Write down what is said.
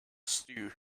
stew